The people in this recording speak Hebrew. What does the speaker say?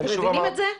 אתם מבינים את זה?